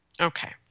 Okay